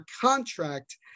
contract